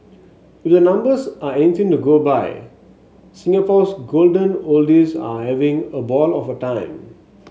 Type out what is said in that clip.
if the numbers are anything to go by Singapore's golden oldies are having a ball of a time